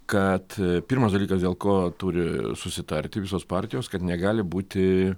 kad pirmas dalykas dėl ko turi susitarti visos partijos kad negali būti